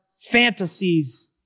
fantasies